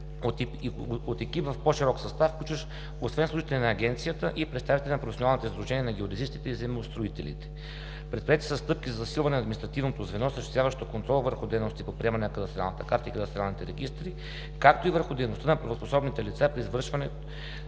от екип в по-широк състав, включващ освен служители на Агенцията и представители на професионалните сдружения на геодезистите и земеустроителите. Предприети са стъпки за засилване на административното звено, осъществяващо контрол върху дейности по приемане на кадастралната карта и кадастралните регистри, както и върху дейността на правоспособните лица при извършените